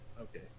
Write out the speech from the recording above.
Okay